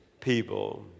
people